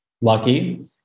lucky